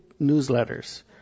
newsletters